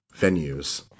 venues